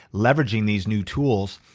leveraging these new tools.